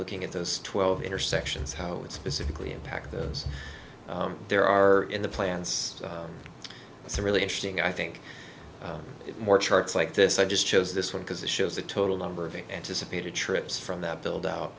looking at those twelve intersections how it's specifically impact those there are in the plants it's a really interesting i think more charts like this i just chose this one because it shows the total number of anticipated trips from that build out